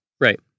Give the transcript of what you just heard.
Right